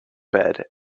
bed